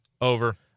Over